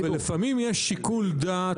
ולפעמים יש שיקול דעת,